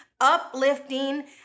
uplifting